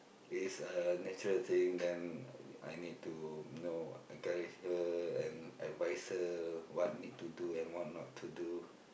it's a natural thing then I need to you know encourage her and advise her what need to do and what not to do